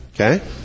okay